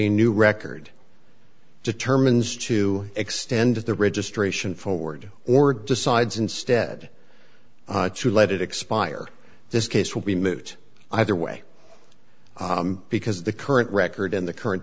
a new record determines to extend the registration forward or decides instead to let it expire this case will be moot either way because the current record in the current